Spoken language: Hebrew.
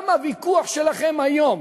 גם הוויכוח שלכם היום